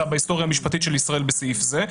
בהיסטוריה המשפטית של ישראל בסעיף זה.